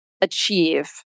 achieve